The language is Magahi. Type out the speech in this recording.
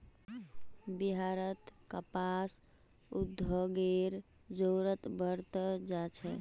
बिहारत कपास उद्योगेर जरूरत बढ़ त जा छेक